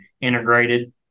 integrated